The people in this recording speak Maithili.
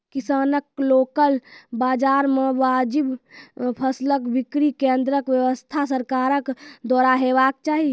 किसानक लोकल बाजार मे वाजिब फसलक बिक्री केन्द्रक व्यवस्था सरकारक द्वारा हेवाक चाही?